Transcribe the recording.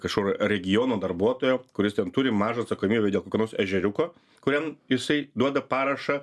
kažkur regiono darbuotojo kuris ten turi mažą atsakomybė dėl kokio nors ežeriuko kuriam jisai duoda parašą